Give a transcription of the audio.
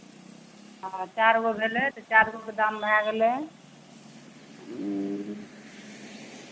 हँ चारि गो भेलै तऽ चारि गोके दाम भए गेलै